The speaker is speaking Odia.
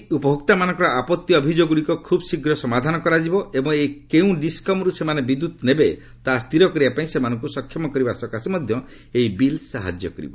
ସେ କହିଛନ୍ତି ଉପଭୋକ୍ତାମାନଙ୍କର ଆପତ୍ତି ଅଭିଯୋଗଗୁଡ଼ିକ ଖୁବ୍ ଶୀଘ୍ର ସମାଧାନ କରାଯିବା ଏବଂ କେଉଁ ଡିସ୍କମ୍ରୁ ସେମାନେ ବିଦ୍ୟୁତ୍ ନେବେ ତାହା ସ୍ଥିର କରିବା ପାଇଁ ସେମାନଙ୍କୁ ସକ୍ଷମ କରିବା ସକାଶେ ମଧ୍ୟ ଏହି ବିଲ୍ ସାହାଯ୍ୟ କରିବ